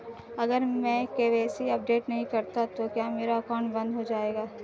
अगर मैं KYC update नहीं करता तो क्या मेरा अकाउंट बंद हो जाएगा?